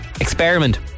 experiment